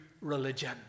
religion